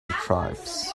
tribes